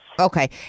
Okay